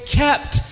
kept